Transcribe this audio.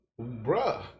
Bruh